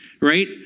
right